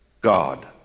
God